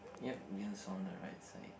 yup wheels on the right side